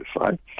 right